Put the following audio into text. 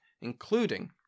including